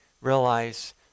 realize